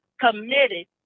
committed